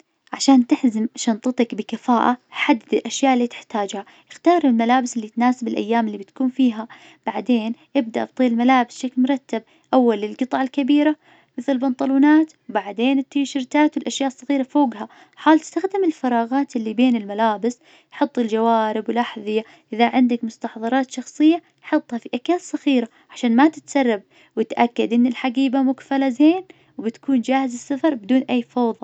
عشان تحزم شنطتك بكفاءة حدد الأشياء اللي تحتاجها. اختار الملابس اللي تناسب الأيام اللي بتكون فيها، بعدين ابدأ بطي الملابس شيك مرتب أول للقطع الكبيرة مثل البنطلونات بعدين التيشرتات الأشياء الصغيرة فوقها. حاول تستخدم الفراغات اللي بين الملابس، حط الجوارب والأحذية إذا عندك مستحضرات شخصية حطها في أكياس صغيرة عشان ما تتسرب وتأكد إن الحقيبة مقفلة زين، وبتكون جاهز للسفر بدون أي فوضى.